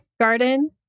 Garden